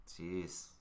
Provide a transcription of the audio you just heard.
Jeez